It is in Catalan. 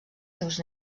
seus